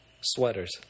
Sweaters